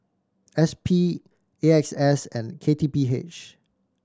S P A X S and K T P H